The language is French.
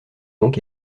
donc